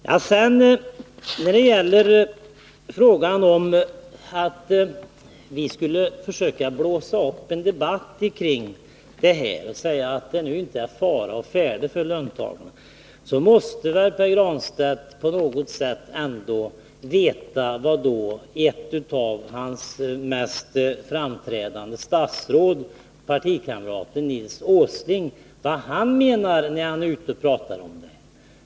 När det sedan gäller frågan om att vi skulle försöka blåsa upp en debatt kring detta genom att säga att det nu är fara på färde för löntagarna, måste väl Pär Granstedt ändå veta vad ett av de mest framträdande statsråden bland Pär Granstedts partikamrater, Nils Åsling, menar när han är ute och talar om detta.